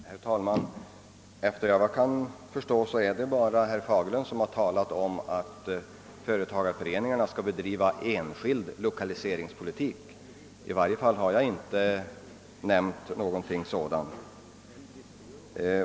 Herr talman! Efter vad jag kan förstå är det bara herr Fagerlund som talat om att företagareföreningarna skall bedriva enskild lokaliseringspolitik. I var je fall har jag inte nämnt någonting sådant.